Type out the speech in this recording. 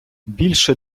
більше